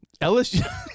LSU